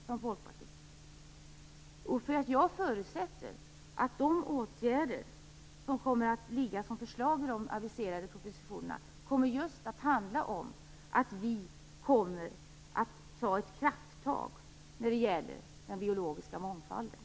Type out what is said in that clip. Jag förutsätter nämligen att de förslag till åtgärder som kommer att finnas i de aviserade propositionerna just kommer att handla om att vi tar krafttag när det gäller den biologiska mångfalden.